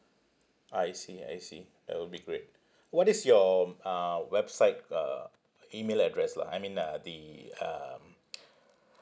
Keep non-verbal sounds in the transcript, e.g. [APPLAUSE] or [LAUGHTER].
I see I see that will be great what is your m~ uh website uh email address lah I mean uh the um [NOISE]